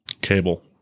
Cable